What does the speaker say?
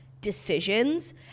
decisions